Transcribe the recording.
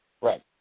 Right